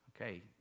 Okay